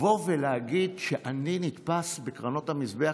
לבוא ולהגיד שאני נתפס בקרנות המזבח,